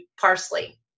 parsley